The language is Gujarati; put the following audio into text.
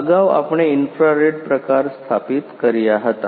અગાઉ આપણે ઇન્ફ્રારેડ પ્રકાર સ્થાપિત કર્યા હતા